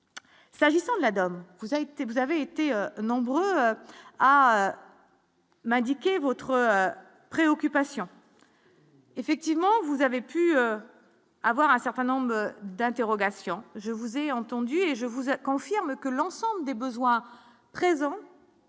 s'agissant de la daube vous a été, vous avez été nombreux à Madické votre préoccupation. Effectivement, vous avez pu avoir un certain nombre d'interrogations, je vous ai entendu et je vous êtes confirme que l'ensemble des besoins présents